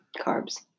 Carbs